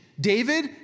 David